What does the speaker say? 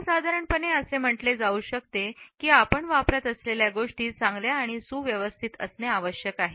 सर्वसाधारणपणे असे म्हटले जाऊ शकते की आपण वापरत असलेल्या गोष्टी चांगल्या आणि सुस्थितीत असणे आवश्यक आहे